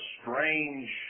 strange